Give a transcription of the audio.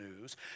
news